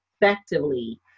effectively